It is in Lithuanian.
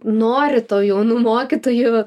nori to jaunų mokytojų